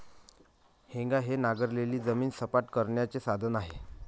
हेंगा हे नांगरलेली जमीन सपाट करण्याचे साधन आहे